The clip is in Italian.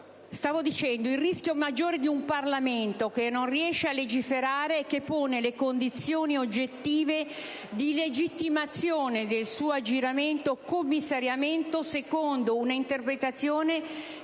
valore di legge. Il rischio maggiore di un Parlamento che non riesce a legiferare è che pone le condizioni oggettive di legittimazione del suo aggiramento o commissariamento, secondo un'interpretazione